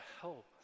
help